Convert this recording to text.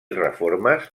reformes